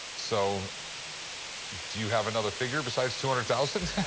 so do you have another figure besides two hundred thousand